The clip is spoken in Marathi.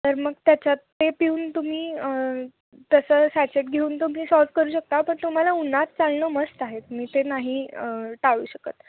तर मग त्याच्यात ते पिऊन तुम्ही तसं सॅचेट घेऊन तुम्ही सॉल्व करू शकता पण तुम्हाला उन्हात चालणं मस्ट आहे तुम्ही ते नाही टाळू शकत